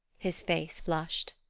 his face flushed.